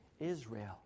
Israel